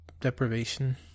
deprivation